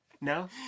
no